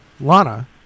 Lana